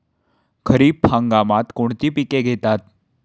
खरीप हंगामात कोणती पिके घेतात?